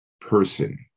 person